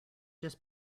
just